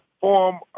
form